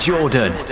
Jordan